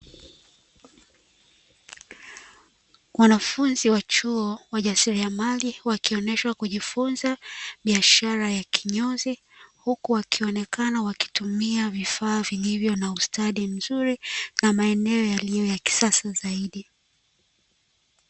Wanafunzi wa chuo wajasiriamali wakionyesha kujifunza biashara ya kinyozi, huku wakionekana wakitumia vifaa viivyo na ustadi mzuri na maeneo yaliyo ya kisasa zaidi.